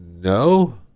no